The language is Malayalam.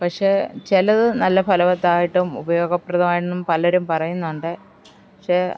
പക്ഷേ ചിലതു നല്ല ഫലവത്തായിട്ടും ഉപയോഗപ്രദം ആയെന്നും പലരും പറയുന്നുണ്ട് പക്ഷേ